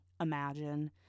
imagine